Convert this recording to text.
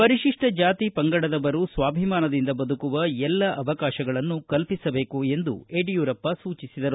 ಪರಿತಿಷ್ಟ ಜಾತಿ ಪಂಗಡದವರು ಸ್ವಾಭಿಮಾನದಿಂದ ಬದುಕುವ ಎಲ್ಲ ಅವಕಾಶಗಳನ್ನು ಕಲ್ಪಿಸಬೇಕು ಎಂದು ಯಡಿಯೂರಪ್ಪ ಸೂಚಿಸಿದರು